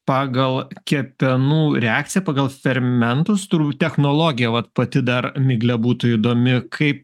pagal kepenų reakciją pagal fermentus turbūt technologija vat pati dar migle būtų įdomi kaip